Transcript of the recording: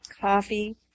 coffee